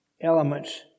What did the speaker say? elements